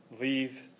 leave